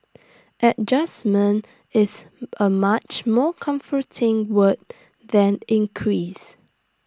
adjustment is A much more comforting word than increase